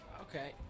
Okay